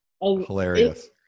Hilarious